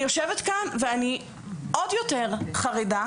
אני יושבת כאן ואני עוד יותר חרדה